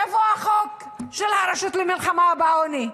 איפה החוק של הרשות למלחמה בעוני?